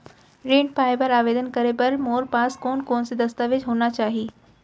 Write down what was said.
ऋण पाय बर आवेदन करे बर मोर पास कोन कोन से दस्तावेज होना चाही?